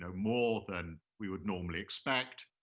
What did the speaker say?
ah more than we would normally expect,